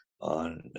on